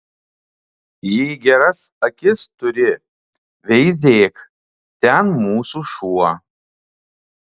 jei geras akis turi veizėk ten mūsų šuo